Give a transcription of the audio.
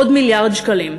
עוד מיליארד שקלים.